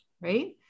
right